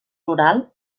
rural